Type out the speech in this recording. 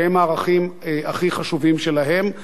שהם הערכים הכי חשובים שלהם.